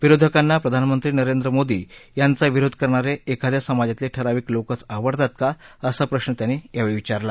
विरोधकांना प्रधानमंत्री नरेंद्र मोदी यांचा विरोध करणारे एखाद्या समाजातले ठराविक लोकचं आवडतात का असा प्रश्न त्यांनी यावेळी विचारला